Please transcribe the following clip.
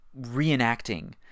reenacting